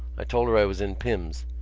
i told her i was in pim's.